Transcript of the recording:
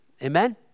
Amen